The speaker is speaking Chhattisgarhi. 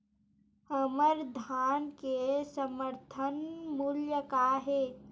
हमर धान के समर्थन मूल्य का हे?